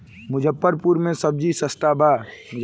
मुजफ्फरपुर में सबजी सस्ता बा